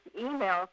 email